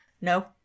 No